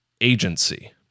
Agency